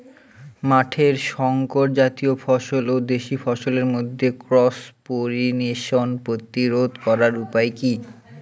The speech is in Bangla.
মাঠের শংকর জাতীয় ফসল ও দেশি ফসলের মধ্যে ক্রস পলিনেশন প্রতিরোধ করার উপায় কি?